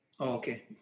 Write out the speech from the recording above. Okay